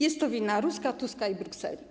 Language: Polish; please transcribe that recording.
Jest to wina Ruska, Tuska i Brukseli.